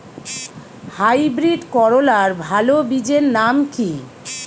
Hybrid করলার ভালো বীজের নাম কি?